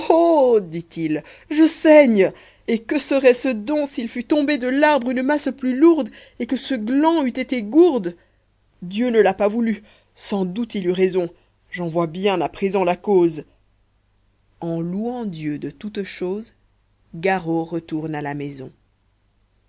dit-il je saigne et que serait-ce donc s'il fût tombé de l'arbre une masse plus lourde et que ce gland eût été gourde dieu ne l'a pas voulu sans doute il eut raison j'en vois bien à présent la cause en louant dieu de toute chose garo retourne à la maison